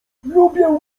lubię